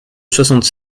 soixante